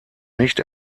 nicht